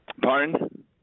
Pardon